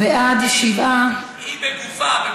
ההצעה להעביר את